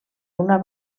una